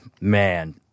Man